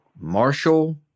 Marshall